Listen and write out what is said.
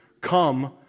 come